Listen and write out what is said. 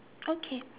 okay